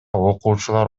окуучулар